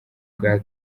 bwa